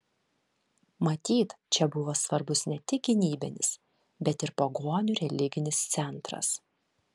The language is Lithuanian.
matyt čia buvo svarbus ne tik gynybinis bet ir pagonių religinis centras